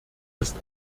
ist